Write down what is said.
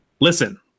listen